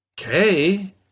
okay